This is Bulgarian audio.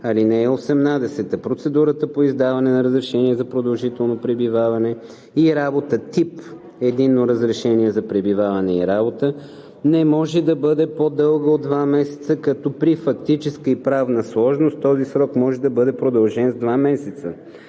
(18) Процедурата по издаване на разрешение за продължително пребиваване и работа тип „Единно разрешение за пребиваване и работа“ не може да бъде по-дълга от два месеца, като при фактическа и правна сложност този срок може да бъде продължен с два месеца.